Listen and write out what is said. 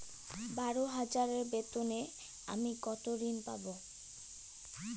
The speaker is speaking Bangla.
বারো হাজার বেতনে আমি কত ঋন পাব?